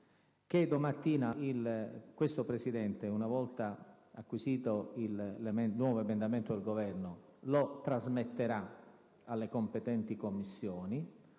che domattina questo Presidente, una volta acquisito il nuovo emendamento del Governo, lo trasmetterà alle competenti Commissioni